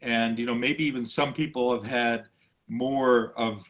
and you know maybe even some people have had more of